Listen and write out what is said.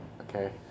Okay